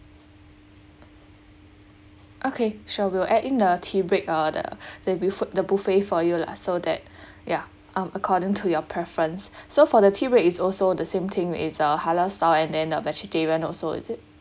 okay sure we'll add in a tea break uh the the bef~ the buffet for you lah so that ya um according to your preference so for the tea break is also the same thing it's uh halal style and then uh vegetarian also is it